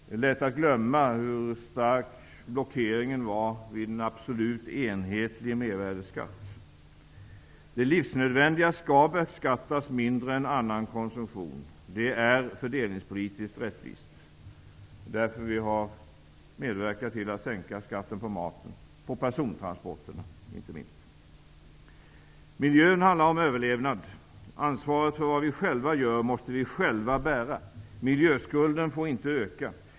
Det är lätt att glömma hur stark blockeringen var i fråga om en absolut enhetlig mervärdesskatt. Det livsnödvändiga skall beskattas mindre än annan konsumtion. Det är fördelningspolitiskt rättvist. Därför har vi medverkat till att sänka skatten på inte minst maten och persontransporterna. Miljön handlar om överlevnad. Ansvaret för vad vi själva gör måste vi själva bära. Miljöskulden får inte öka.